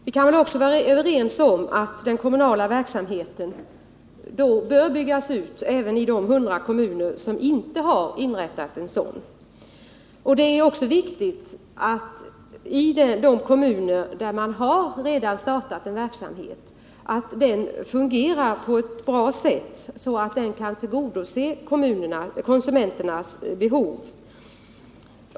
Vi kan vara överens om att den kommunalpolitiska verksamheten då bör vara utbyggd även i de 100 kommuner som ännu inte har inrättat en sådan. Det är också viktigt att verksamheten i de kommuner där man redan har startat en sådan fungerar på ett bra sätt, så att den kan tillfredsställa konsumenternas behov.